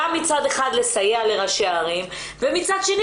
גם מצד אחד לסייע לראשי הערים ומצד שני